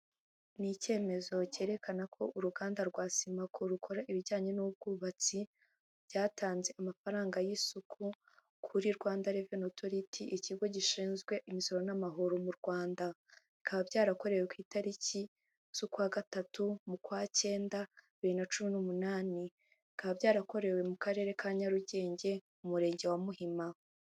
Ni icyemezo cyerekana ko uruganda rwa simako rukora ibijyanye n'ubwubatsi, byatanze amafaranga y'isuku kuri Rwanda reveni otoriti ikigo gishinzwe imisoro n'amahoro mu Rwanda, bikaba byarakorewe ku itariki z'ukwa gatatu mu kwacyenda bibiri na cumi n'umunani, bikaba byarakorewe mu karere ka Nyarugenge mu murenge wa Muhima.